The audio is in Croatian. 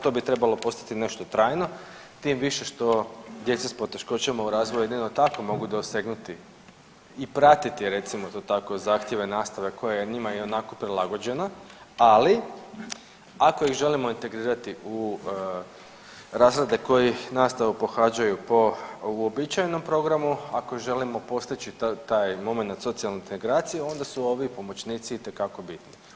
To bi trebalo postati nešto trajno tim više što djeca s poteškoćama u razvoju jedino tako mogu dosegnuti i pratiti recimo to tako zahtjeve nastave koja je njima ionako prilagođena, ali ako ih želimo integrirati u razrede koji nastavu pohađaju po uobičajenom programu, ako i želimo postići taj momenat socijalne integracije onda su ovi pomoćnici itekako bitni.